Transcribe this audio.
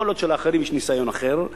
יכול להיות שלאחרים יש ניסיון אחר.